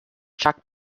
chuck